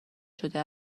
شده